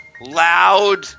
loud